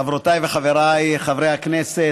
חברותיי וחברי הכנסת,